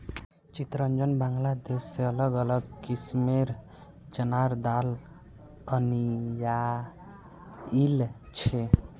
चितरंजन बांग्लादेश से अलग अलग किस्मेंर चनार दाल अनियाइल छे